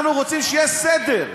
אנחנו רוצים שיהיה סדר.